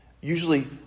Usually